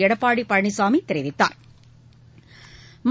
எடப்பாடிபழனிசாமிதெரிவித்தாா்